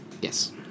Yes